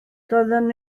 doeddwn